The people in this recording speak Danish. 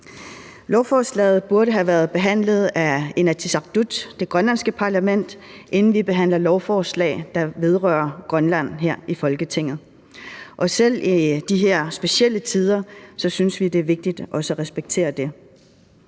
Lovforslaget burde have været behandlet af Inatsisartut, det grønlandske parlament, inden vi behandler lovforslag, der vedrører Grønland, her i Folketinget, og selv i de her specielle tider synes vi også, det er vigtigt at respektere det.